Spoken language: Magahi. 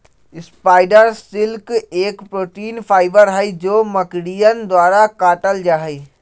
स्पाइडर सिल्क एक प्रोटीन फाइबर हई जो मकड़ियन द्वारा कातल जाहई